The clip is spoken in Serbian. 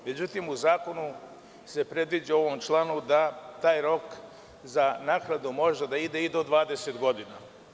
Međutim, u zakonu se predviđa u ovom članu da taj rok za naknadu može da ide i do 20 godina.